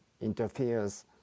interferes